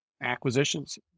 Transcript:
acquisitions